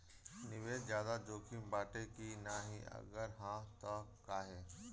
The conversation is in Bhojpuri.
निवेस ज्यादा जोकिम बाटे कि नाहीं अगर हा तह काहे?